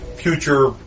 future